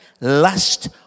lust